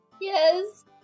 Yes